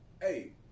Hey